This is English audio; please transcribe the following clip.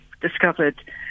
discovered